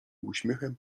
uśmiechem